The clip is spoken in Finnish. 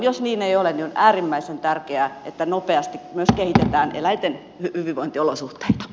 jos niin ei ole niin on äärimmäisen tärkeää että nopeasti kehitetään eläinten hyvinvointiolosuhteita